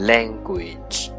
Language